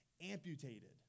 amputated